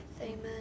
amen